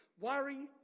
worry